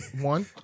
One